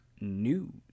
news